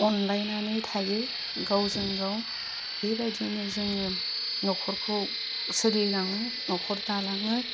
अनलायनानै थायो गावजों गाव बेबायदिनो जोङो न'खरखौ सोलिलाङो न'खर दालाङो